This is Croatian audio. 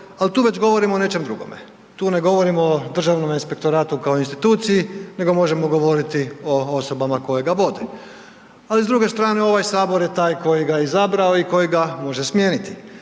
ali tu već govorimo o nečem drugome. Tu ne govorimo o Državnom inspektoratu kao instituciji nego možemo govoriti o osobama koje ga vode. Ali s druge strane ovaj sabor je taj koji ga je izabrao i koji ga može smijeniti.